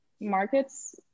markets